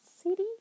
city